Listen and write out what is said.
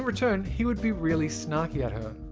return, he would be really snarky at her.